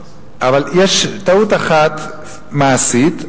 אבל יש טעות אחת מעשית,